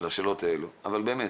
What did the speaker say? לשאלות האלה, אבל באמת,